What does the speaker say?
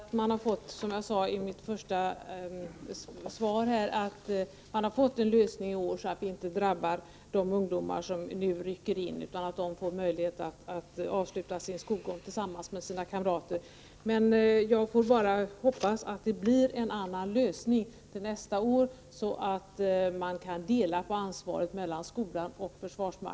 Herr talman! Jag är också glad, som jag sade i mitt anförande, att man har nått fram till en lösning i år, så att inte de ungdomar som nu rycker in drabbas utan får möjlighet att avsluta sin skolgång tillsammans med sina kamrater. Jag hoppas bara att det blir en annan lösning till nästa år, så att skolan och försvarsmakten kan dela ansvaret.